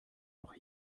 noch